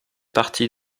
partie